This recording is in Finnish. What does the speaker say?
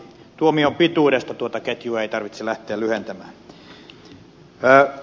tuomion pituudesta tuota ketjua ei tarvitse lähteä lyhentämään